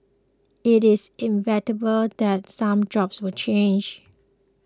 it is inevitable that some jobs will change